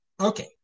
okay